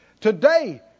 Today